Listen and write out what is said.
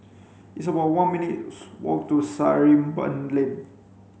it's about one minutes' walk to Sarimbun Lane